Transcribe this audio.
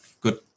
good